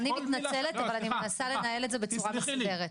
אני מנסה לנהל את זה בצורה מסודרת.